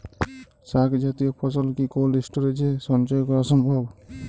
শাক জাতীয় ফসল কি কোল্ড স্টোরেজে সঞ্চয় করা সম্ভব?